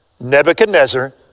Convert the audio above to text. Nebuchadnezzar